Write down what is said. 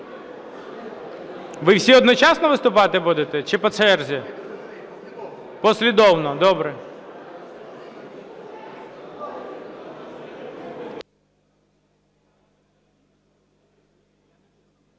Ви всі одночасно виступати будете чи по черзі? Послідовно. Добре.